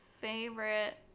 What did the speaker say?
favorite